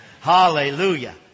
Hallelujah